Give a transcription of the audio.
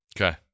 Okay